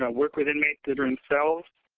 ah work with inmates that are in cells.